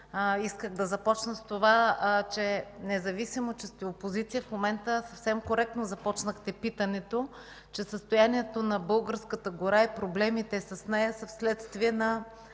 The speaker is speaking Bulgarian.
исках да започна с това, че независимо че сте опозиция, в момента съвсем коректно започнахте питането, че състоянието на българската гора и проблемите с нея са вследствие на